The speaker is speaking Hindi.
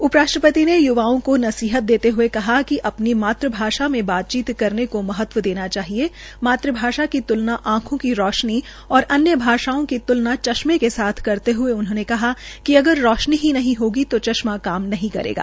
उप राष्ट्रपति ने य्वाओं को नसीहत दते हये कहा कि अपनी मातृभाषा में बातचीत करने को महत्व देना चाहिए मात् भाषा की त्लना आंखों की रोशनी और अन्य भाषाओं की त्लना चश्मे के साथ करते हये उन्होंने कहा कि अगर रोशनी नहीं होगी तो चश्मा काम नहीं करेगा